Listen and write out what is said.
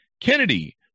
Kennedy